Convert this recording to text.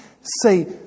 say